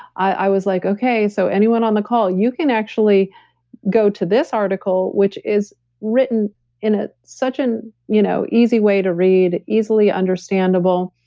i was like, okay, so anyone on the call, you can actually go to this article which is written in ah such an you know easy way to read, easily understandable,